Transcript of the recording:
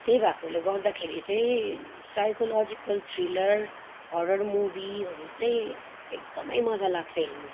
त्यही भएकोले गर्दाखेरि चाहिँ साइकोलोजिकल थ्रिलर हरर मुभीहरू चाहिँ एकदमै मजा लाग्छ हेर्नु